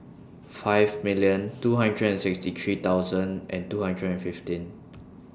five million two hundred and sixty three thousand and two hundred and fifteen